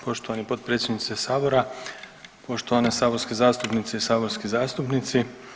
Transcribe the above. Poštovani potpredsjedniče sabora, poštovane saborske zastupnice i saborski zastupnici.